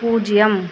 பூஜ்ஜியம்